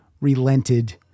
relented